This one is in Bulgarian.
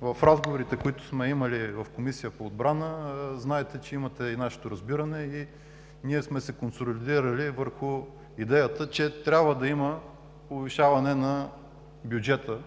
в разговорите, които сме имали в Комисията по отбрана, знаете, че имате и нашето разбиране и ние сме се консолидирали върху идеята, че трябва да има повишаване на бюджета